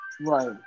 Right